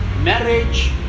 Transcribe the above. marriage